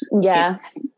Yes